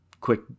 quick